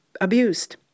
abused